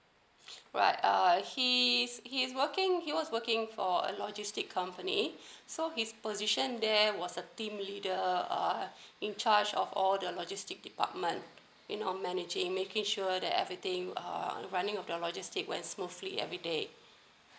alright err he's he is working he was working for a logistic company so his position there was a team leader err in charge of all the logistic department you know managing making sure that everything uh running of the logistic went smoothly everyday